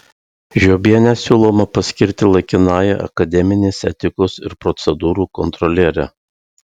žiobienę siūloma paskirti laikinąja akademinės etikos ir procedūrų kontroliere